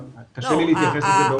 קשה לי להתייחס לזה באופן --- לא,